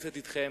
הכנסת אתכן,